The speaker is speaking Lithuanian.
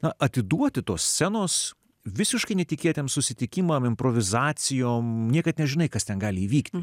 atiduoti tos scenos visiškai netikėtiems susitikimams improvizacijom niekad nežinai kas ten gali įvykti